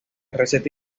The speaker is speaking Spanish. receta